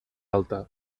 alta